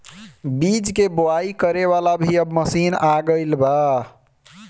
बीज के बोआई करे वाला भी अब मशीन आ गईल बा